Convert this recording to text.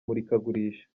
murikagurisha